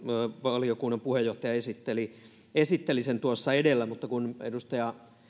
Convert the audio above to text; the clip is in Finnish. valiokunnan puheenjohtaja esitteli esitteli sen tuossa edellä mutta kun edustaja